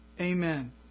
Amen